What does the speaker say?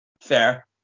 Fair